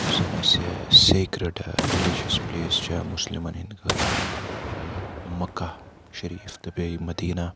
یُس زَنہٕ اَسہِ سیکرڈ رِلیٖجَس پٕلیس چھِ مُسلِمَن ہِنٛدۍ خٲطرٕ مکہ شریٖف تہٕ بیٚیہِ مدیٖنہ